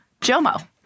JOMO